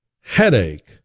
headache